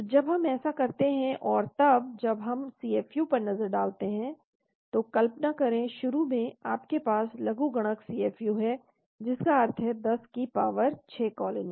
तो जब हम ऐसा करते हैं और तब जब हम CFU पर नज़र डालते हैं तो कल्पना करें शुरू में आपके पास लघुगणक CFU है जिसका अर्थ है 10 की पावर 6 कॉलोनी